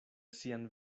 sian